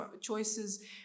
choices